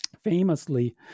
famously